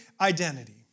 identity